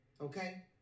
Okay